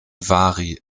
vary